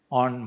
on